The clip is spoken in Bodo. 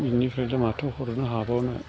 बिनिफ्रायलाय माथो हरनो हाबावनो